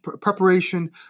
preparation